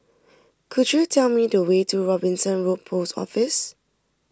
could you tell me the way to Robinson Road Post Office